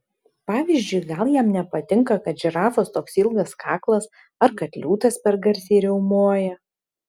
pavyzdžiui gal jam nepatinka kad žirafos toks ilgas kaklas ar kad liūtas per garsiai riaumoja